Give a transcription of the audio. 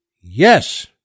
yes